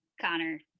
Connor